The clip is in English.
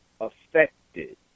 affected